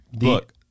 Look